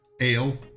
ale